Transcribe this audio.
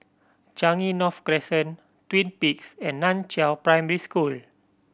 Changi North Crescent Twin Peaks and Nan Chiau Primary School